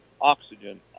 oxygen